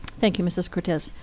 thank you, mrs. cortez.